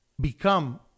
become